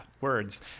words